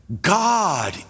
God